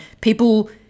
People